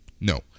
no